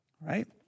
right